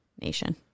nation